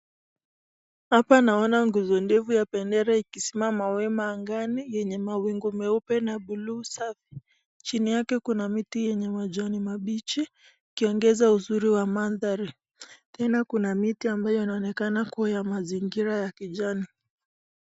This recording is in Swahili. Hapa naona nguzo ndefu ya bendera ikisimama wima angani yenye mawingi meupe na buluu. Chini yake kuna miti yenye majani mabichi ikiongeza uzuri wa mandhari. Tena kuna miti ambayo inaonekana kuwa ya mazingira ya kijani